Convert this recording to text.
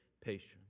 patience